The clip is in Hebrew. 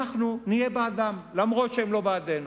אנחנו נהיה בעדם, אף-על-פי שהם לא בעדנו.